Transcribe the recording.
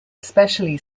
especially